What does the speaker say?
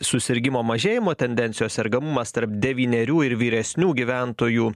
susirgimo mažėjimo tendencijos sergamumas tarp devynerių ir vyresnių gyventojų